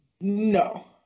No